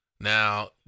Now